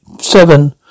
seven